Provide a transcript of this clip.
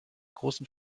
großen